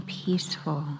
peaceful